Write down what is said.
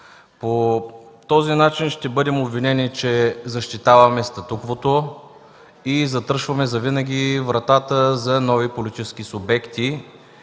По този начин ще бъдем обвинени, че защитаваме статуквото и затръшваме завинаги вратата за нови политически субекти.